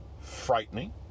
frightening